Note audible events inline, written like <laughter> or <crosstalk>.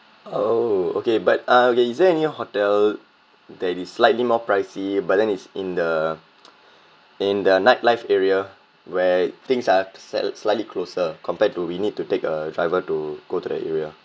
oh okay but uh okay is there any hotel that is slightly more pricey but then it's in the <noise> in the nightlife area where things are slight slightly closer compared to we need to take a driver to go to the area